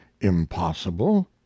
impossible